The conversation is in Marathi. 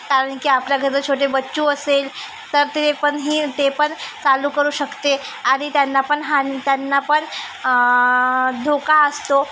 कारण की आपल्या घरात छोटे बच्चू असेल तर ते पण हे ते पण चालू करू शकते आणि त्यांना पण हान् त्यांना पण धोका असतो